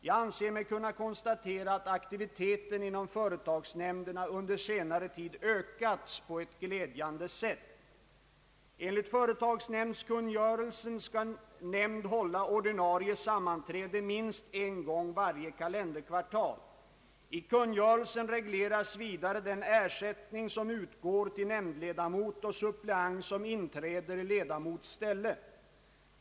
Jag anser mig kunna konstatera att aktiviteten inom företagsnämnderna under senare tid ökats på ett glädjande sätt. Enligt företagsnämndskungörelsen skall nämnd hålla ordinarie sammanträde minst en gång varje kalenderkvartal. I kungörelsen regleras vidare den ersättning som utgår till nämndledamot och suppleant som inträder i ledamots ställe.